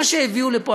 מה שהביאו לפה,